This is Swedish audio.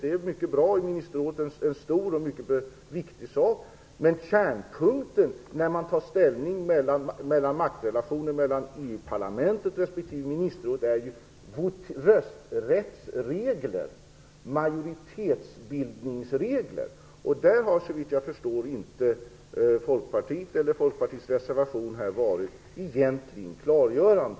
Det är mycket bra i ministerrådet - det är en stor och viktig sak. Men kärnpunkten när man tar ställning till maktrelationer mellan EU-parlamentet och ministerrådet är ju rösträttsregler, majoritetsbildningsregler. Där har inte Folkpartiet eller Folkpartiets reservation varit klargörande, såvitt jag förstår.